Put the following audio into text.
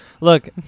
Look